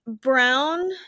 Brown